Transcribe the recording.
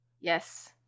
yes